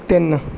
ਤਿੰਨ